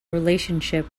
relationship